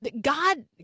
God